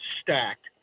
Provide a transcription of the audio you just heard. stacked